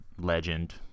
legend